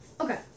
Okay